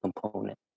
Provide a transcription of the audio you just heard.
component